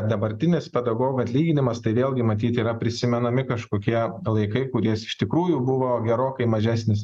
dabartinis pedagogų atlyginimas tai vėlgi matyt yra prisimenami kažkokie laikai kuriais iš tikrųjų buvo gerokai mažesnis